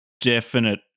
definite